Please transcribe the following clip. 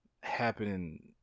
happening